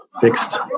fixed